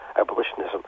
abolitionism